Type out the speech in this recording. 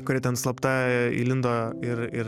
kurie ten slapta įlindo ir ir